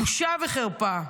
בושה וחרפה.